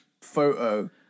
photo